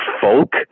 folk